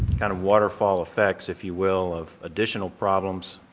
kind of waterfall effects, if you will, of additional problems